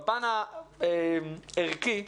בפן הערכי,